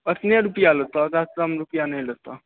अतने रुपैआ लेतऽ ओकरा सऽ कम रुपैआ नहि लेतऽ